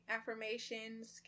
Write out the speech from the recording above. Affirmations